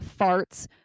farts